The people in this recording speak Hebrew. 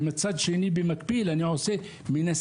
ומצד שני, במקביל, אני מנסה,